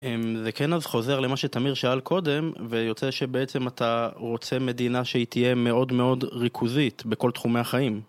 זה כן אז חוזר למה שתמיר שאל קודם, ויוצא שבעצם אתה רוצה מדינה שהיא תהיה מאוד מאוד ריכוזית בכל תחומי החיים.